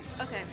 Okay